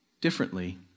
differently